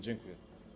Dziękuję.